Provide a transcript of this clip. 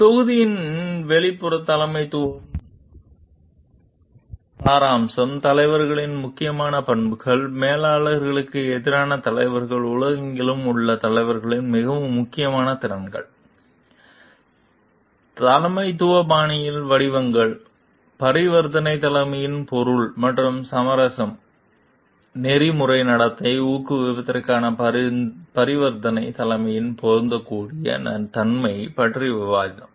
எனவே தொகுதியின் வெளிப்புறம் தலைமைத்துவத்தின் சாராம்சம் தலைவர்களின் முக்கியமான பண்புகள் மேலாளர்களுக்கு எதிரான தலைவர்கள் உலகெங்கிலும் உள்ள தலைவர்களின் மிக முக்கியமான திறன்கள் தலைமைத்துவ பாணிகளின் வடிவங்கள் பரிவர்த்தனை தலைமையின் பொருள் மற்றும் சாராம்சம் நெறிமுறை நடத்தை ஊக்குவிப்பதற்கான பரிவர்த்தனை தலைமையின் பொருந்தக்கூடிய தன்மை பற்றிய விவாதம்